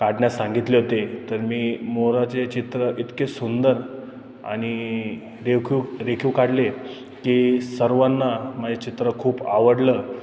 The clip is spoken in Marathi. काढण्यास सांगितले होते तर मी मोराचे चित्र इतके सुंदर आणि रेखव रेखीव काढले की सर्वांना माझे चित्र खूप आवडलं